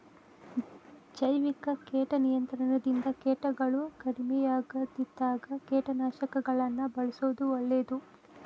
ಜೈವಿಕ ಕೇಟ ನಿಯಂತ್ರಣದಿಂದ ಕೇಟಗಳು ಕಡಿಮಿಯಾಗದಿದ್ದಾಗ ಕೇಟನಾಶಕಗಳನ್ನ ಬಳ್ಸೋದು ಒಳ್ಳೇದು